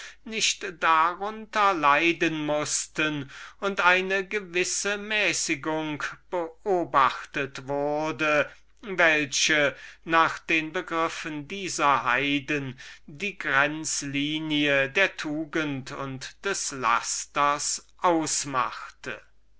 nicht darunter leiden mußten und eine gewisse mäßigung beobachtet wurde welche nach den begriffen dieser heiden die wahre grenzlinie der tugend und des lasters ausmachte